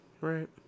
Right